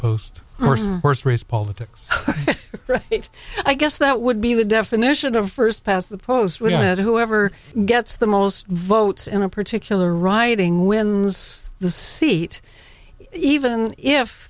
post race politics i guess that would be the definition of first past the post where you had whoever gets the most votes in a particular riding wins the seat even if